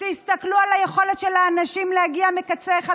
תסתכלו על היכולת של האנשים להגיע מהקצה האחד